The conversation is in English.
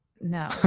No